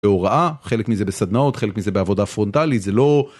הוראה חלק מזה בסדנאות חלק מזה בעבודה פרונטלית זה לא.